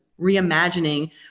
reimagining